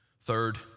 Third